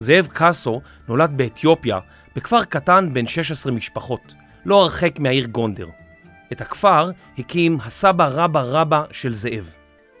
זאב קאסו נולד באתיופיה, בכפר קטן בין 16 משפחות, לא הרחק מהעיר גונדר. את הכפר הקים הסבא רבא רבא של זאב.